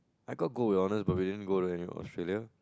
I got gold in honors but we didn't go to any Australia